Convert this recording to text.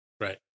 Right